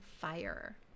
fire